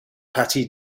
patti